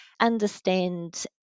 understand